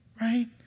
right